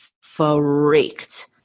freaked